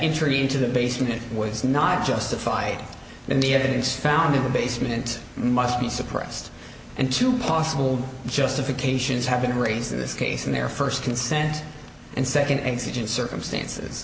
injury into the basement was not justified and the evidence found in the basement must be suppressed and two possible justifications have been raised in this case and their first consent and second exigent circumstances